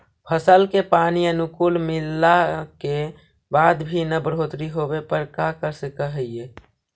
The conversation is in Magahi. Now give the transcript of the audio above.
फसल के पानी अनुकुल मिलला के बाद भी न बढ़ोतरी होवे पर का कर सक हिय?